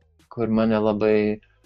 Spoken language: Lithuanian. kur mane labai